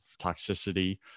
toxicity